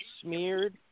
smeared